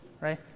right